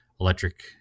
electric